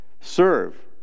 serve